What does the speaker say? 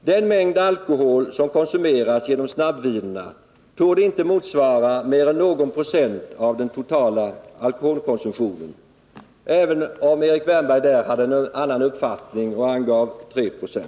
Den mängd alkohol som konsumeras genom snabbvinerna torde inte motsvara mer än någon procent av den totala alkoholkonsumtionen. Erik Wärnberg hade en annan uppfattning och nämnde 3 26.